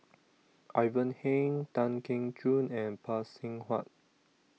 Ivan Heng Tan Keong Choon and Phay Seng Whatt